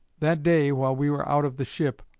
that day, while we were out of the ship,